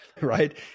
right